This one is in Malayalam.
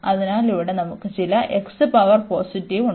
അതിനാൽ ഇവിടെ നമുക്ക് ചില x പവർ പോസിറ്റീവ് ഉണ്ട്